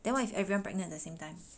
then what if everyone pregnant at the same time